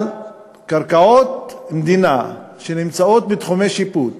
אבל קרקעות מדינה שנמצאות בתחומי שיפוט